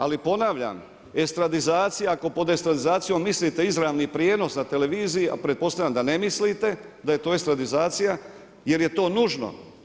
Ali ponavljam, estradizacija, ako pod estradizacijom mislite izravni prijenos na televiziji, a pretpostavljam da ne mislite da je to estradizacija jer je to nužno.